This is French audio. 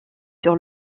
sur